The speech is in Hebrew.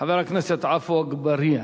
חבר הכנסת עפו אגבאריה.